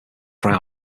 crowd